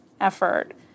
effort